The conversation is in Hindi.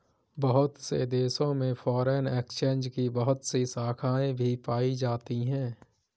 बहुत से देशों में फ़ोरेन एक्सचेंज की बहुत सी शाखायें भी पाई जाती हैं